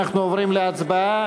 אנחנו עוברים להצבעה.